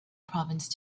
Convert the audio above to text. province